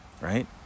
right